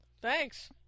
Thanks